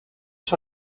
sur